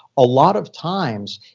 a lot of times,